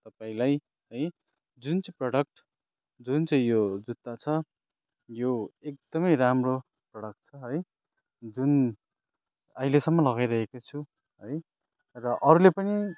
तपाईँलाई है जुन चाहिँ प्रडक्ट जुन चाहिँ यो जुत्ता छ यो एकदमै राम्रो प्रडक्ट छ है जुन अहिलेसम्म लगाइरहेको छु है र अरूले पनि